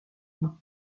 nous